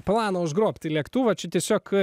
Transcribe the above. plano užgrobti lėktuvą čia tiesiog